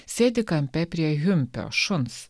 sėdi kampe prie hiumpio šuns